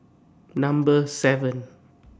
Number seven